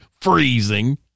freezing